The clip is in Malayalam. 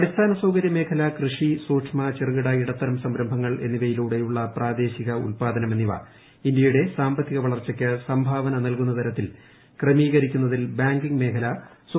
അടിസ്ഥാന സൌകര്യ മേഖല കൃഷി സൂക്ഷ്മ ചെറുകിട ഇടത്തരം സംരംഭങ്ങൾ എന്നിവയിലൂടെയുള്ള പ്രാദേശിക ഉൽപ്പാദനം ഇന്ത്യയുടെ സാമ്പത്തിക വളർച്ചയ്ക്ക് സംഭാവന നൽകുന്ന തരത്തിൽ ക്രമീകരിക്കുന്നതിൽ ബാങ്കിംഗ് മേഖല സുപ്രധാന പങ്കാണ് വഹിക്കുന്നത്